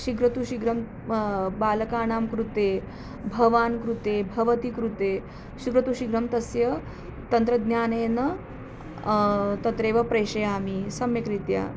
शीघ्रं तु शीघ्रं बालकानां कृते भवान् कृते भवति कृते शीघ्रं तु शीघ्रं तस्य तन्त्रज्ञानेन तत्रैव प्रेषयामि सम्यक्रीत्या